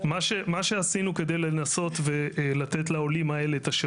אחרי קבלת קהל רוצה שיקבלו עוד ארבע שעות נוספות ותתגמלו את זה כמו